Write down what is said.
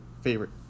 favorite